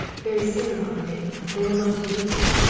very soon, henri, they will not need me,